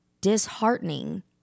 disheartening